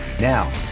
Now